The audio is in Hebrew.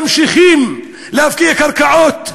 ממשיכים להפקיע קרקעות,